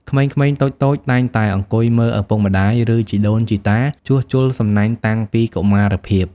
ក្មេងៗតូចៗតែងតែអង្គុយមើលឪពុកម្តាយ ឬជីដូនជីតាជួសជុលសំណាញ់តាំងពីកុមារភាព។